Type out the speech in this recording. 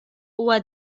huwa